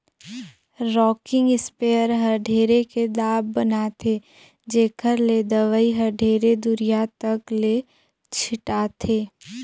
rocking sprayer हर ढेरे के दाब बनाथे जेखर ले दवई हर ढेरे दुरिहा तक ले छिटाथे